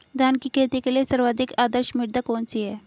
धान की खेती के लिए सर्वाधिक आदर्श मृदा कौन सी है?